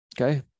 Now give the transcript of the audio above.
okay